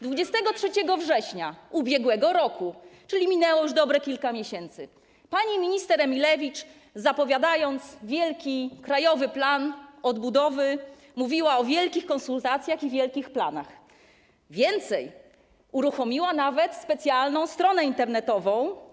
23 września ub.r., czyli minęło już dobre kilka miesięcy, pani minister Emilewicz, zapowiadając wielki Krajowy Plan Odbudowy, mówiła o wielkich konsultacjach i wielkich planach, więcej, uruchomiła nawet specjalną stronę internetową.